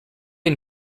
and